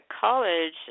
college